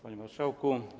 Panie Marszałku!